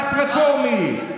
חתיכת רפורמי.